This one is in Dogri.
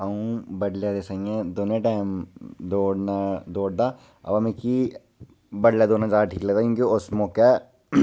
अ'ऊं बडलै ते स'ञां दौनें टाइम दौड़दां